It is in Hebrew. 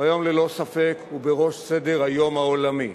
והיום ללא ספק הוא בראש סדר-היום העולמי,